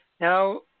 Now